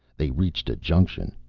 they reached a junction.